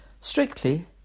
Strictly